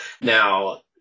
Now